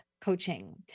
Coaching